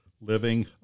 Living